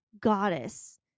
goddess